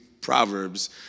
proverbs